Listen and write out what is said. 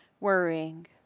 worrying